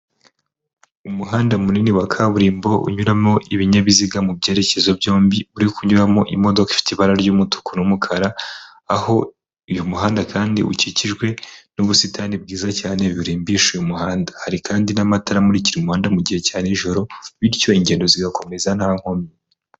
Umuhanda munini wa kaburimbo unyuramo ibinyabiziga mu byerekezo byombi, uri kunyuramo imodoka ifite ibara ry'umutuku n'umukara, aho uyu muhanda kandi ukikijwe n'ubusitani bwiza cyane burimbisha uyu muhanda. Hari kandi n'amatara amurikira umuhanda mu gihe cya nijoro, bityo ingendo zigakomeza nta nkomyi.